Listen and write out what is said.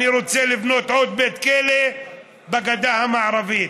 אני רוצה לבנות עוד בית כלא בגדה המערבית.